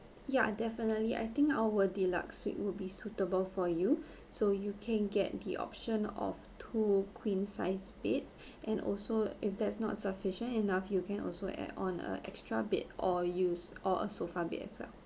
ya definitely I think our deluxe suite would be suitable for you so you can get the option of two queen sized beds and also if that's not sufficient enough you can also add on a extra bed or use or a sofa bed as well